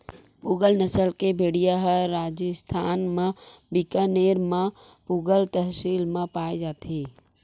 पूगल नसल के भेड़िया ह राजिस्थान म बीकानेर म पुगल तहसील म पाए जाथे